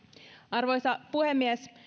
arvoisa puhemies